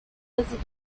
faisait